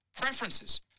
preferences